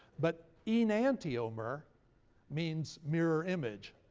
but enantiomer means mirror image.